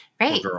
Right